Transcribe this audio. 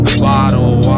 bottle